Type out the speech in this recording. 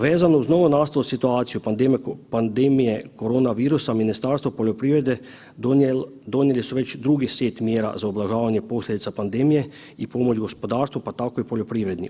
Vezano uz novonastalu situaciju pandemije korona virusa Ministarstvo poljoprivrede donijeli su već drugi set mjera za ublažavanja posljedica pandemije i pomoć gospodarstvu pa tako i poljoprivredi.